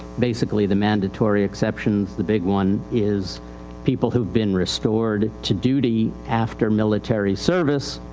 basically the mandatory exceptions, the big one is people whoive been restored to duty after military service,